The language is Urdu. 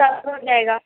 سب ہو جائے گا